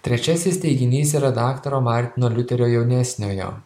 trečiasis teiginys yra daktaro martino liuterio jaunesniojo